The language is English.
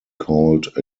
called